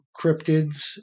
cryptids